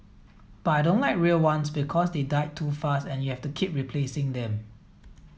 but I don't like real ones because they die too fast and you have to keep replacing them